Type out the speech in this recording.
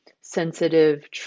sensitive